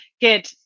good